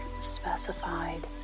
specified